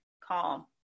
calm